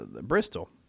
Bristol